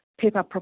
paper